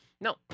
No